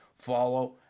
follow